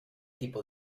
tipo